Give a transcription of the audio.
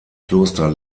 kloster